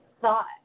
thought